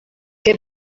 que